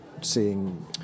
seeing